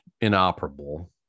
inoperable